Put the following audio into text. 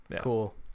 Cool